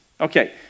Okay